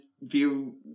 View